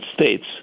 States